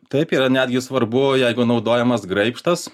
taip yra netgi svarbu jeigu naudojamas graibštas